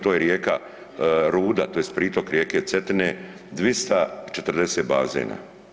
To je rijeka Ruda tj. pritok rijeke Cetine, 240 bazena.